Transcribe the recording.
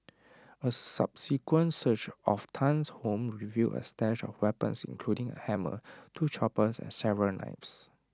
A subsequent search of Tan's home revealed A stash of weapons including A hammer two choppers and several knives